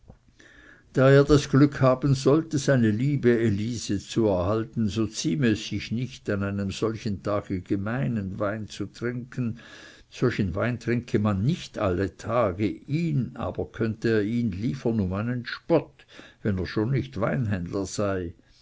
da er das glück haben sollte seine liebe elise zu erhalten so zieme es sich nicht an einem solchen tag gemeinen wein zu trinken solchen wein trinke man nicht alle tage ihnen aber könnte er ihn liefern um einen spott wenn er schon nicht weinhändler sei